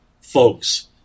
folks